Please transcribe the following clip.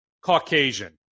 Caucasian